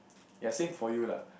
ya same for you lah